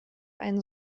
einen